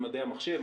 מדעי המחשב,